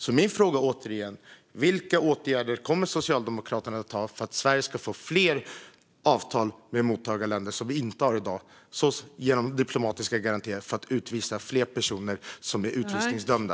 Så min fråga är återigen: Vilka åtgärder kommer Socialdemokraterna att vidta för att Sverige ska få fler avtal med mottagarländer, länder som vi inte har avtal med i dag, om diplomatiska garantier så att vi kan utvisa fler personer som är utvisningsdömda?